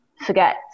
forget